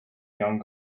young